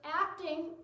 acting